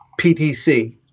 PTC